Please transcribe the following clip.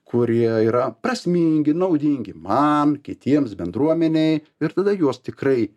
kurie yra prasmingi naudingi man kitiems bendruomenei ir tada juos tikrai